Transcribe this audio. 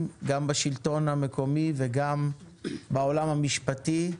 גם בשלטון המקומי וגם בעולם המשפטי.